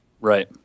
Right